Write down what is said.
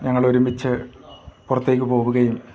ഞങ്ങളൊരുമിച്ച് പുറത്തേക്ക് പോവുകയും